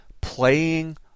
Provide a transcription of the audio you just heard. Playing